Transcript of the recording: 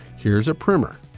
here's a primer.